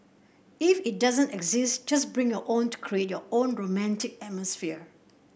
if it doesn't exist just bring your own to create your own romantic atmosphere